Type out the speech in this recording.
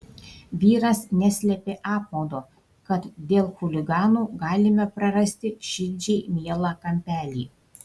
vyras neslėpė apmaudo kad dėl chuliganų galime prarasti širdžiai mielą kampelį